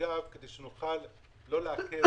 נציגיו כדי שנוכל לא לעכב.